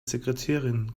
sekretärin